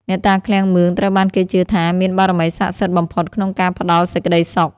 អ្នកតាឃ្លាំងមឿង ត្រូវបានគេជឿថាមានបារមីសក្ដិសិទ្ធិបំផុតក្នុងការផ្ដល់សេចក្ដីសុខ។